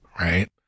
right